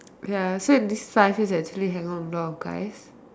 ya so in these five years you actually hang out with a lot of guys